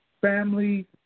family